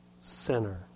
sinner